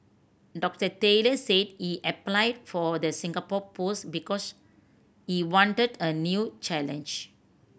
Doctor Taylor said he applied for the Singapore post because he wanted a new challenge